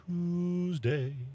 Tuesday